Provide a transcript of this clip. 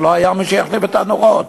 ולא היה מי שיחליף את הנורות.